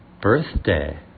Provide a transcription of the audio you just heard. birthday